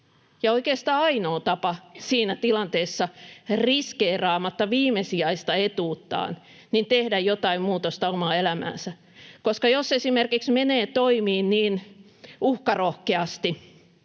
oikeastaan ainoa tapa siinä tilanteessa riskeeraamatta viimesijaista etuuttaan tehdä jotain muutosta omaan elämäänsä, koska jos esimerkiksi menee toimimaan niin uhkarohkeasti,